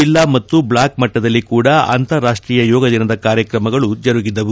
ಜೆಲ್ಲಾ ಮತ್ತು ಬ್ಲಾಕ್ ಮಟ್ಟದಲ್ಲಿ ಕೂಡ ಅಂತಾರಾಷ್ಷೀಯ ಯೋಗ ದಿನದ ಕಾರ್ಯಕ್ರಮಗಳು ಜರುಗಿದವು